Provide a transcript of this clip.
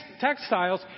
textiles